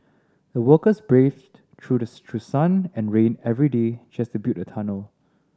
the workers braved through the sun and rain every day just to build the tunnel